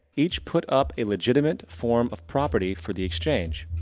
each put up a legitimate form of property for the exchange.